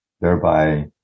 thereby